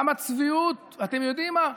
כמה צביעות, ואתם יודעים מה,